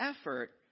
effort